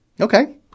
Okay